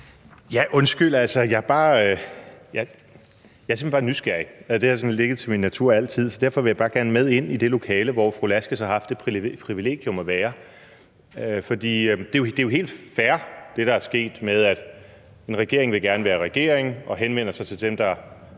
Undskyld, jeg er simpelt hen bare nysgerrig. Det har sådan ligget til min natur altid. Derfor vil jeg bare gerne med ind i det lokale, hvor fru Velasquez har haft det privilegium at være. For det, der er sket, er jo helt fair, altså at en regering gerne vil være en regering og henvender sig til dem, der